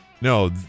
No